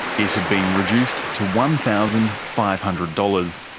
it had been reduced to one thousand five hundred dollars.